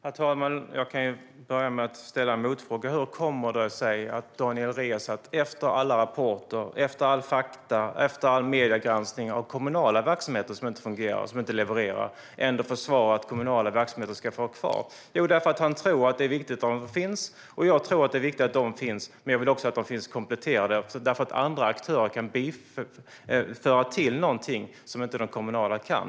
Herr talman! Jag kan börja med att ställa en motfråga. Hur kommer det sig att Daniel Riazat efter alla rapporter, alla fakta och all mediegranskning av kommunala verksamheter som inte fungerar och inte levererar ändå försvarar att kommunala verksamheter ska få vara kvar? Jo, därför att han tror att det är viktigt att de finns. Jag tror att det är viktigt att de finns. Men jag vill att de finns kompletterade. Andra aktörer kan tillföra någonting som inte de kommunala kan.